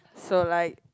so like